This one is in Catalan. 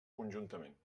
conjuntament